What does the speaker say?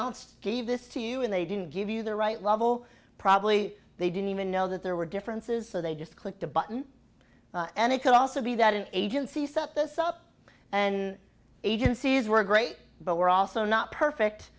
else gave this to you and they didn't give you the right level probably they didn't even know that there were differences so they just click the button and it could also be that an agency set this up and agencies were great but we're also not perfect